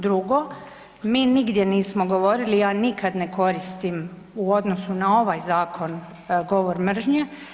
Drugo, mi nigdje nismo govorili i ja nikad ne koristim u odnosu na ovaj zakon govor mržnje.